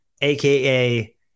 aka